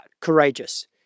courageous